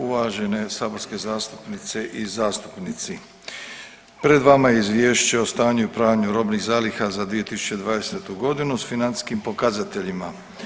Uvažene saborske zastupnice i zastupnici, pred vama je Izvješće o stanju i upravljanju robnih zaliha za 2020. godinu s financijskim pokazateljima.